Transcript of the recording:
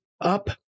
up